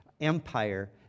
empire